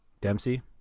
Dempsey